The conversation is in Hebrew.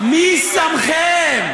מי שמכם,